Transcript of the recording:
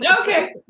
Okay